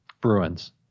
Bruins